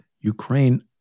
Ukraine